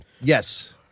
Yes